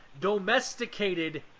Domesticated